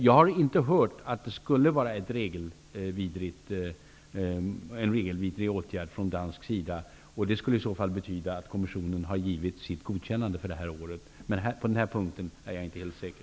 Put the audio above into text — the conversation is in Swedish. Jag har inte hört att det skulle vara en regelvidrig åtgärd från dansk sida, och det skulle i så fall betyda att Kommissionen har givit sitt godkännande för det här året. På den punkten är jag emellertid inte helt säker.